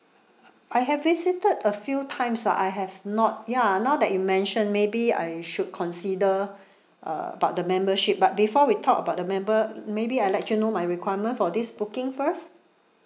I have visited a few times ah I have not ya now that you mention maybe I should consider uh about the membership but before we talk about the member maybe I let you know my requirement for this booking first